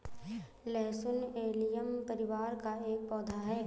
लहसुन एलियम परिवार का एक पौधा है